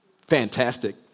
Fantastic